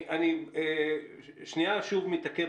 הוא הגדיר לנו